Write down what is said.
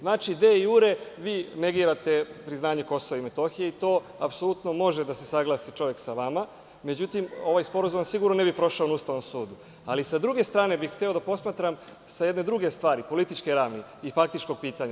Znači, de jure, vi negirate priznanje Kosova i Metohije i to apsolutno može da se saglasi čovek sa vama, međutim ovaj sporazum vam sigurno ne bi prošao na Ustavnom sudu, ali sa druge strane bih hteo da posmatram sa jedne druge strane, političke ravni i faktičko pitanje.